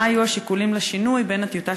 מה היו השיקולים לשינוי בין הטיוטה